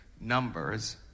Numbers